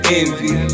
envy